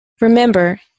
Remember